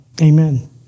Amen